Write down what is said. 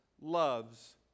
loves